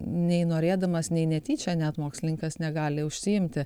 nei norėdamas nei netyčia net mokslininkas negali užsiimti